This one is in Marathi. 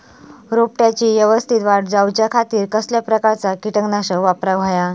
रोपट्याची यवस्तित वाढ जाऊच्या खातीर कसल्या प्रकारचा किटकनाशक वापराक होया?